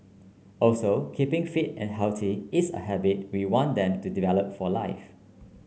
also keeping fit and healthy is a habit we want them to develop for life